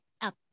up